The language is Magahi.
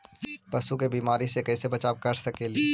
पशु के बीमारी से कैसे बचाब कर सेकेली?